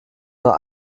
oder